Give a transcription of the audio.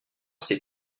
c’est